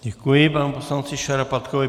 Děkuji panu poslanci Šarapatkovi.